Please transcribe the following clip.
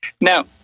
Now